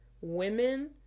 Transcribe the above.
Women